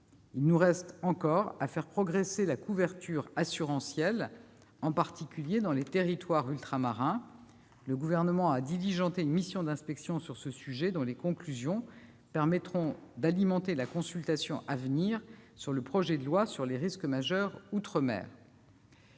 Il nous reste encore à faire progresser la couverture assurantielle, en particulier dans les territoires ultramarins. Le Gouvernement a diligenté une mission d'inspection sur ce sujet, dans les conclusions permettront d'alimenter la consultation à venir sur le projet de loi sur les risques majeurs outre-mer.